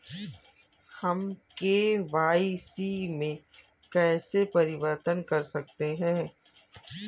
हम के.वाई.सी में कैसे परिवर्तन कर सकते हैं?